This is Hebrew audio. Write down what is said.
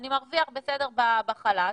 אני מרוויח בסדר בחל"ת.